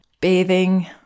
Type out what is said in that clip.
bathing